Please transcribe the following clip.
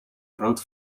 rood